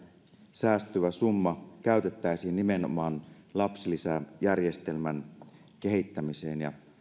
säästyvä summa käytettäisiin nimenomaan lapsilisäjärjestelmän kehittämiseen ja